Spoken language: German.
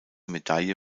medaille